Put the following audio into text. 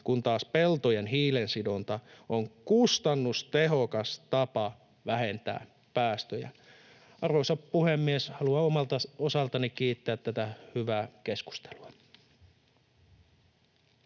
kun taas peltojen hiilensidonta on kustannustehokas tapa vähentää päästöjä. Arvoisa puhemies! Haluan omalta osaltani kiittää tästä hyvästä keskustelusta.